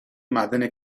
معدن